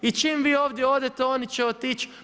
I čim vi ovdje odete oni će otići.